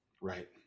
Right